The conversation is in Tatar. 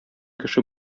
кеше